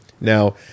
now